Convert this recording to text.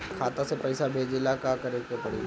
खाता से पैसा भेजे ला का करे के पड़ी?